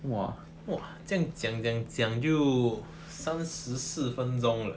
!wah! !wah! 这样讲讲讲就三十四分钟了